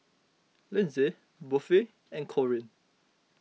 Lynsey Buffy and Corbin